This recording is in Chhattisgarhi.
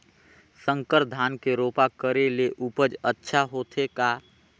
संकर धान के रोपा करे ले उपज अच्छा होथे का?